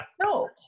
No